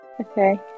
Okay